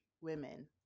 women